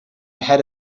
ahead